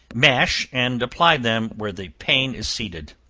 mash, and apply them where the pain is seated.